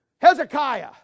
Hezekiah